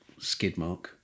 Skidmark